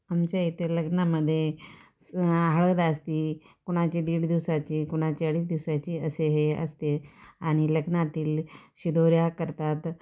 आमच्या इथे लग्नामध्ये हळद असती कुणाची दीड दिवसाची कुणाची अडीच दिवसाची असे हे असते आणि लग्नातील शिदोऱ्या करतात